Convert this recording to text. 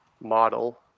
model